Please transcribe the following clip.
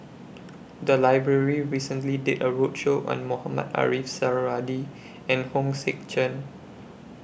The Library recently did A roadshow on Mohamed Ariff Suradi and Hong Sek Chern